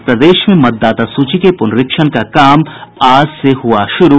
और प्रदेश में मतदाता सूची के पुनरीक्षण का काम आज से हुआ शुरू